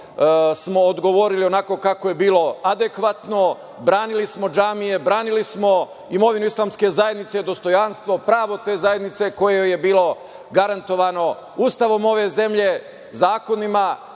odgovorili onako kako je bilo adekvatno, branili smo džamije, branili smo imovinu islamske zajednice, dostojanstvo, pravo te zajednice koje je bilo garantovano Ustavom ove zemlje i zakonima